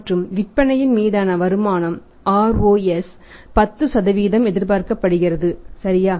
மற்றும் விற்பனையின் மீதான வருமானம் ROS 10 எதிர்பார்க்கப்படுகிறது சரியா